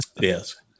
Yes